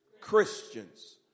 Christians